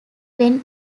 when